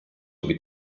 lubi